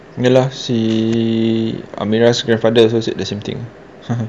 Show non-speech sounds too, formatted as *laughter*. ya lah si amirah's grandfather also said the same thing *laughs*